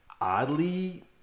oddly